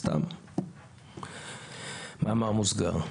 סתם, במאמר מוסגר.